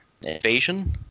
Invasion